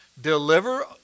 Deliver